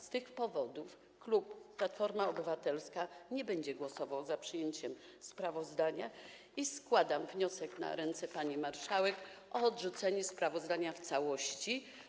Z tych powodów klub Platforma Obywatelska nie będzie głosował za przyjęciem sprawozdania i składam na ręce pani marszałek wniosek o odrzucenie sprawozdania w całości.